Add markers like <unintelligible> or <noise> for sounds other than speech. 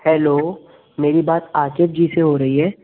hello मेरी बात <unintelligible> जी से हो रही है